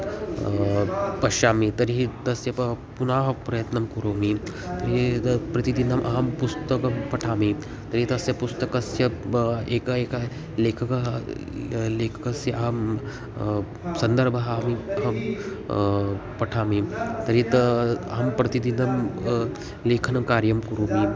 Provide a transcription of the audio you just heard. पश्यामि तर्हि तस्य प पुनः प्रयत्नं करोमि तर्हि तत् प्रतिदिनम् अहं पुस्तकं पठामि तर्हि तस्य पुस्तकस्य ब एक एक लेखकः लेखकस्य अहं सन्दर्भः अहं पठामि तर्हि तु अहं प्रतिदिनं लेखनं कार्यं करोमि